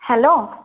hello